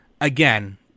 again